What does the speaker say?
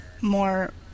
more